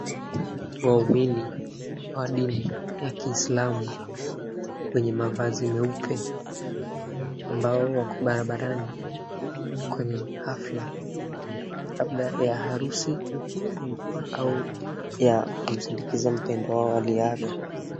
Waumini wa dini ya Kiislamu wenye mavazi meupe ambao wako barabarani kwenye hafla labda ya harusi au ya kumsindikiza mpendwa wao aliyeaga.